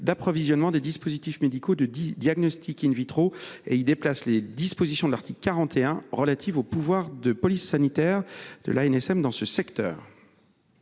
d’approvisionnement de dispositifs médicaux de diagnostic et à y déplacer les dispositions de l’article 41 relatives aux pouvoirs de police sanitaire de l’ANSM dans ce secteur.